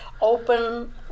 open